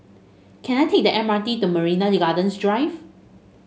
can I take the M R T to Marina Gardens Drive